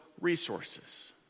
resources